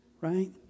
right